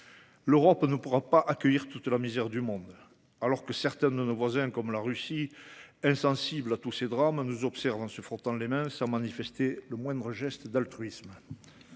L’Europe ne pourra pas accueillir toute la misère du monde, alors que certains de nos voisins, comme la Russie, insensible à tous ces drames, nous observent en se frottant les mains, sans faire le moindre geste altruiste.